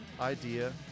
idea